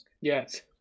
yes